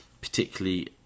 particularly